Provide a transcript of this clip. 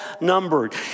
numbered